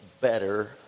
better